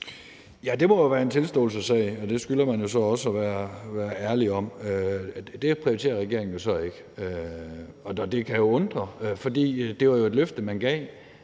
Ja, det må jo være en tilståelsessag, og det skylder man jo så også at være ærlig om, altså at det prioriterer regeringen så ikke. Og det kan jo undre, fordi det var et løfte, man gav,